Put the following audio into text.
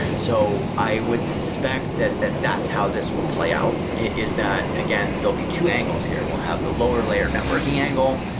so, i would suspect that that that's how this will play out, is that, again, there'll be two angles here. we'll have the lower-layer networking angle,